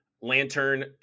Lantern